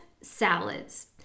salads